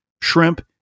shrimp